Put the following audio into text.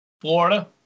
Florida